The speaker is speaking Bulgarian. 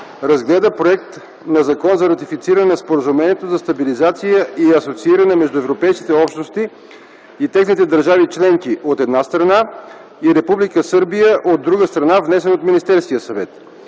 разгледа Законопроект за ратифициране на Споразумението за стабилизация и асоцииране между европейските общности и техните държави членки, от една страна, и Република Сърбия, от друга страна, внесен от Министерски съвет.